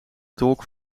tolk